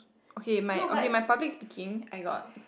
okay my okay my public speaking I got